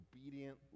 obedient